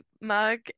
mug